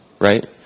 right